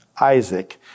Isaac